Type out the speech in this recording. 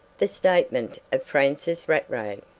the statement of francis rattray